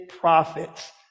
prophets